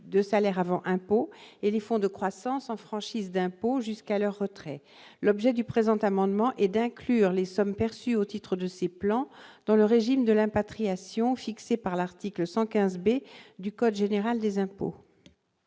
de salaires avant impôt et que les fonds de croissance sont en franchise d'impôt jusqu'à leur retrait. L'objet du présent amendement est d'inclure les sommes perçues au titre de ces plans dans le régime de l'impatriation fixé par l'article 115 B du code général des impôts.